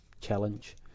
challenge